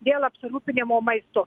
dėl apsirūpinimo maistu